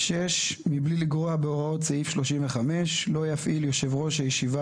מבלי לגרוע בהוראות סעיף 35 לא יפעיל יושב ראש הישיבה